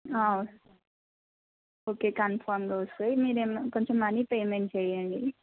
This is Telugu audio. ఓకే కన్ఫర్మ్గా వస్తాయి మీరు ఏమన్నా కొంచెం మనీ పేమెంట్ చేయండి